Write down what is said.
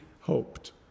hoped